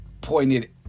pointed